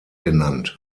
genannt